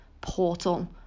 portal